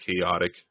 chaotic